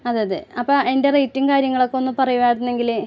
അതെ അതെ അപ്പം അതിൻ്റെ റേറ്റും കാര്യങ്ങളൊക്കെ ഒന്ന് പറയുവായിരുന്നെങ്കിൽ